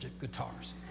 guitars